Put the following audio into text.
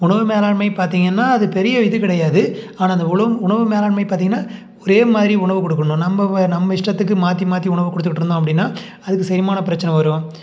உணவு மேலாண்மை பார்த்திங்கன்னா அது பெரிய இது கிடையாது ஆனால் அந்த உணவு உணவு மேலாண்மை பார்த்திங்கன்னா ஒரே மாதிரி உணவு கொடுக்கணும் நம்ப நம்ம இஷ்டத்துக்கு மாற்றி மாற்றி உணவு கொடுத்துட்ருந்தோம் அப்படின்னா அதுக்கு செரிமான பிரச்சனை வரும்